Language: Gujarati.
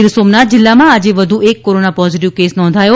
ગીરસોમનાથ જિલ્લામાં આજે વધુ એક કોરોના પોઝીટીવ કેસ નોંધાયો